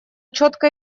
четко